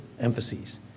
emphases